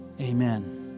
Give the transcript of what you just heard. Amen